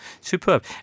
Superb